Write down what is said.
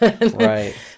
Right